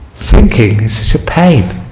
thinking is such a pain.